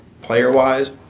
player-wise